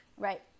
Right